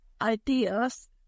ideas